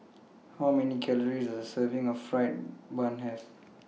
How Many Calories Does A Serving of Fried Bun Have